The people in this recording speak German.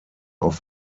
auf